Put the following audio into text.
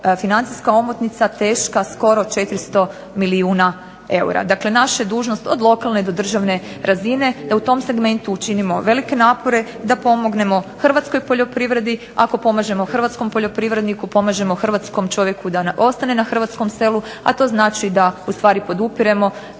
financijska omotnica teška skoro 400 milijuna eura. Dakle, naša je dužnost od lokalne do državne razine da u tom segmentu učinimo velike napore, da pomognemo hrvatskoj poljoprivredi. Ako pomažemo hrvatskom poljoprivredniku pomažemo hrvatskom čovjeku da ostane na hrvatskom selu, a to znači da ustvari podupiremo